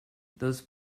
those